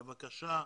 בבקשה,